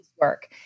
work